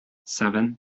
seven